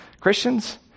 Christians